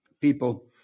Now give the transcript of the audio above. people